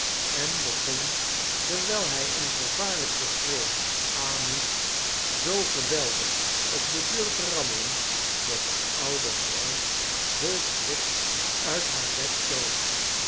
en begon terwijl hij een vervaarlijk geschreeuw aanhief zoo geweldig op de deur te rammelen dat de oude vrouw vol schrik uit haar bed vloog